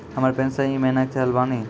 हमर पेंशन ई महीने के चढ़लऽ बानी?